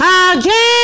again